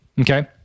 Okay